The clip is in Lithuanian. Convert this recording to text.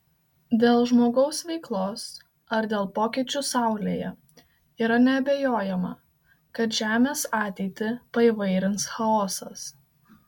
dėl žmogaus veiklos ar dėl pokyčių saulėje yra neabejojama kad žemės ateitį paįvairins chaosas